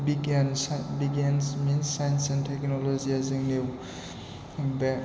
बिगियान means science and टेकन'लजिया जोंनि बे